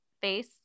face